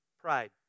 Pride